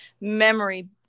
memory